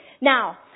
Now